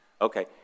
Okay